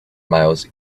miles